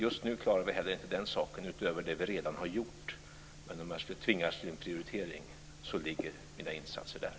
Just nu klarar vi inte heller den saken utöver det vi redan har gjort. Men om jag skulle tvingas till en prioritering ligger mina insatser där.